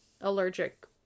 allergic